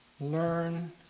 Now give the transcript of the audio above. learn